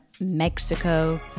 Mexico